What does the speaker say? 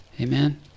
Amen